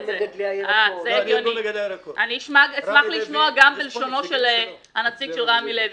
אני אשמח לשמוע גם בלשונו של הנציג של רמי לוי.